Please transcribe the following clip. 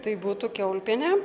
tai būtų kiaulpienė